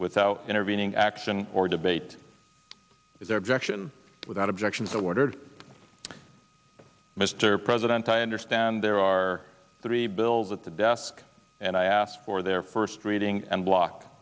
without intervening action or debate their objection without objection so ordered mr president i understand there are three bills at the desk and i ask for their first reading and block